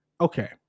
okay